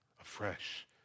afresh